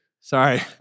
sorry